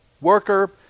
worker